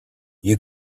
you